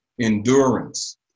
endurance